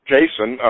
Jason